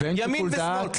ימין ושמאל.